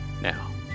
Now